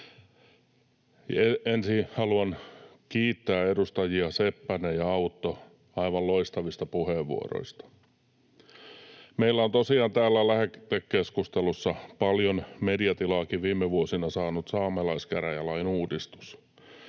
Ensin haluan kiittää edustajia Seppänen ja Autto aivan loistavista puheenvuoroista. Meillä on tosiaan täällä lähetekeskustelussa paljon mediatilaakin viime vuosina saanut saamelaiskäräjälain uudistus.